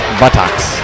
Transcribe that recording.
buttocks